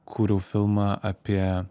kūriau filmą apie